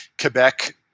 Quebec